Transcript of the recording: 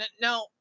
Now